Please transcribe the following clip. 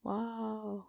Wow